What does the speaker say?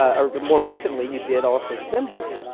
ah more recently, you did also cymbeline,